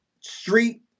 street